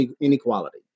inequality